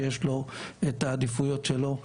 שיש לו את העדיפויות שלו,